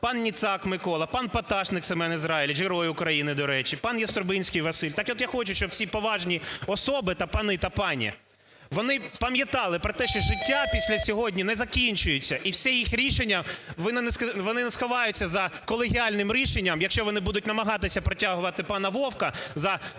пані Ніцак Микола, пан Поташник Семен Ізрайлевич, Герой України, до речі, пан Яструбинський Василь. Так от я хочу, щоб всі поважні особи та пани, та пані, вони пам'ятали про те, що життя після сьогодні не закінчується, і все їх рішення… вони не сховаються за колегіальним рішенням, якщо вони будуть намагатися протягувати пана Вовка за… не знаю,